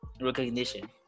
recognition